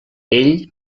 ell